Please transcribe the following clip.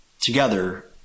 together